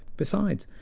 besides,